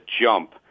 jump